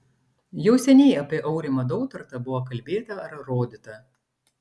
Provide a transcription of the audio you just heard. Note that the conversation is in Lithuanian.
jau seniai apie aurimą dautartą buvo kalbėta ar rodyta